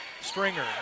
Stringer